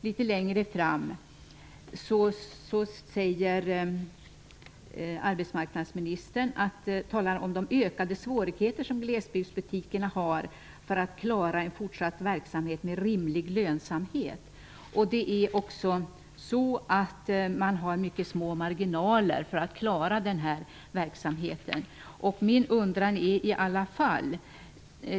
Litet längre fram talar arbetsmarknadsministern om ''de ökade svårigheter som glesbygdsbutikerna har att klara en fortsatt verksamhet med rimlig lönsamhet''. Lanthandeln har mycket små marginaler när det gäller att klara sin verksamhet.